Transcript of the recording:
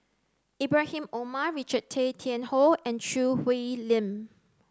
Ibrahim Omar Richard Tay Tian Hoe and Choo Hwee Lim